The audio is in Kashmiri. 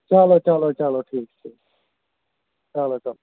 چلو چلو چلو ٹھیٖک ٹھیٖک چلو چلو